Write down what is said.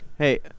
Hey